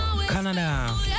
Canada